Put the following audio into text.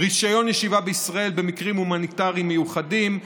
רישיון ישיבה בישראל במקרים הומניטריים מיוחדים,